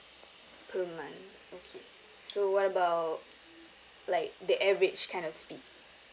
per month okay so what about like the average kind of speed